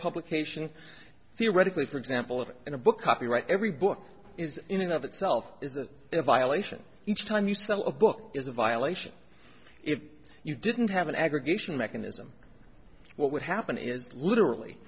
publication theoretically for example of it in a book copyright every book is enough itself is a violation each time you sell a book is a violation if you didn't have an aggregation mechanism what would happen is literally